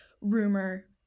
rumor